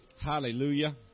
Hallelujah